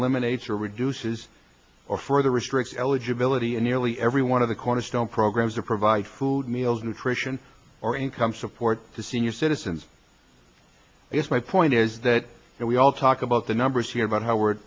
eliminates or reduces or further restrict eligibility and nearly every one of the cornerstone programs or provide food meals nutrition or income support to senior citizens i guess my point is that we all talk about the numbers here about how we're